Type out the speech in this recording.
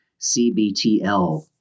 CBTL